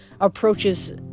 approaches